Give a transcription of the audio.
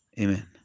Amen